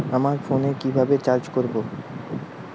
আমার ফোনে কিভাবে রিচার্জ করবো?